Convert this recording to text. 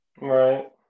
Right